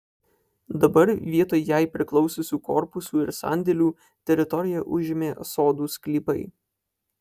dabar vietoj jai priklausiusių korpusų ir sandėlių teritoriją užėmė sodų sklypai